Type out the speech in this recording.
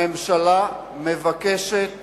הממשלה מבקשת